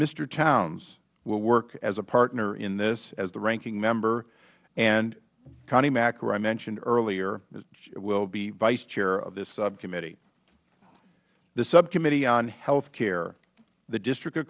mr htowns will work as a partner in this as the ranking member and connie mack who i mentioned earlier will be vice chair of this subcommittee the subcommittee on health care the district of